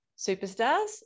superstars